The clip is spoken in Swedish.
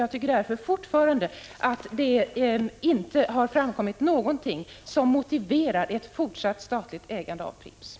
Jag vidhåller därför att det inte har framkommit någonting som motiverar ett fortsatt statligt ägande av Pripps.